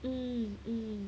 mm mm